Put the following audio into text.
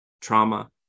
trauma